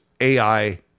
AI